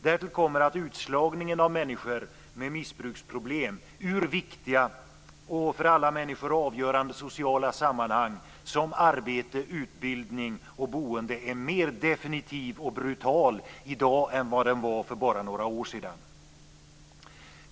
Därtill kommer att utslagningen av människor med missbruksproblem i viktiga och för alla människor avgörande sociala sammanhang som arbete, utbildning och boende är mer definitiv och brutal i dag än vad den var för bara några år sedan.